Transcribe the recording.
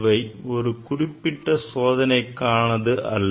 இவை ஒரு குறிப்பிட்ட சோதனைகளுக்கானது அல்ல